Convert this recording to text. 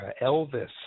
Elvis